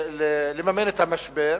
לממן את המשבר,